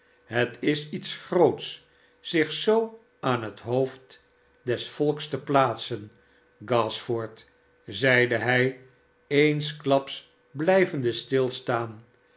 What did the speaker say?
het is iets groots zich zoo aan het hoofd des volks te plaatsen gashford zeide hij eensklaps blijvende stilstaan